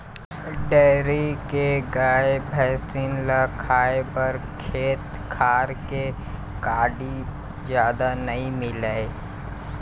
dairy के गाय, भइसी ल खाए बर खेत खार के कांदी जादा नइ मिलय